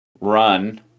Run